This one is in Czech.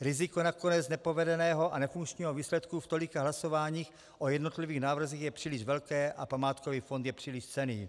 Riziko nakonec nepovedeného a nefunkčního výsledku v tolika hlasováních o jednotlivých návrzích je příliš velké a památkový fond je příliš cenný.